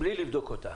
בלי לבדוק אותה.